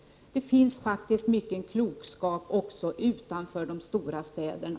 Det finns faktiskt mycken klokskap också utanför de stora städerna.